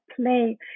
play